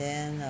then